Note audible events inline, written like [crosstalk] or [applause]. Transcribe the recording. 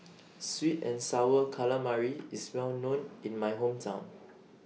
[noise] Sweet and Sour Calamari IS Well known in My Hometown